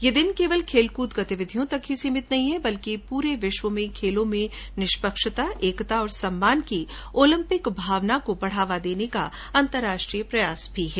यह दिन केवल खेल कूद गतिविधियों तक सीमित नहीं है बल्कि पूरे विश्व में खेलों में निष्पक्षता एकता और सम्मान की ओलंपिक भावना को बढ़ावा देने का अंतर्राष्ट्रीय प्रयास भी है